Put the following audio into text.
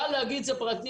קל להגיד: זה פרטי,